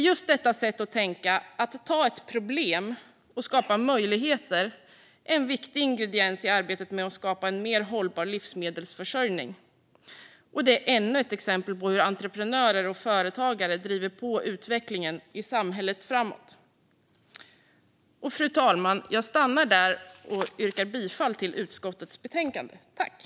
Just detta sätt att tänka - att ta ett problem och skapa möjligheter - är en viktig ingrediens i arbetet med att skapa en mer hållbar livsmedelsförsörjning. Och det är ännu ett exempel på hur entreprenörer och företagare driver utvecklingen i samhället framåt. Fru talman! Jag stannar där och yrkar bifall till utskottets förslag i betänkandet.